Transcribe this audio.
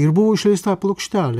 ir buvo išleista plokštelė